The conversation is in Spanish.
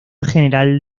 general